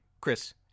Chris